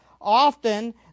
often